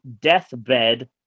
Deathbed